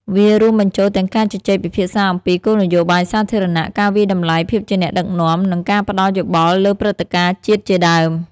វារួមបញ្ចូលទាំងការជជែកពិភាក្សាអំពីគោលនយោបាយសាធារណៈ ការវាយតម្លៃភាពជាអ្នកដឹកនាំ និងការផ្ដល់យោបល់លើព្រឹត្តិការណ៍ជាតិជាដើម។